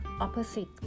opposite